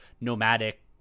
nomadic